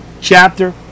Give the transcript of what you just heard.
chapter